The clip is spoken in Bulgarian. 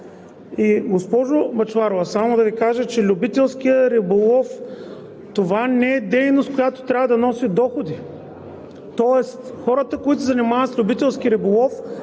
Госпожо Бъчварова, само да Ви кажа, че любителският риболов не е дейност, която трябва да носи доходи. Тоест хората, които се занимават с любителски риболов